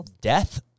death